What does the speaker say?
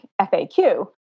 FAQ